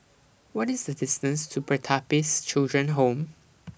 What IS The distance to Pertapis Children Home